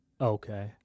Okay